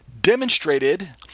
demonstrated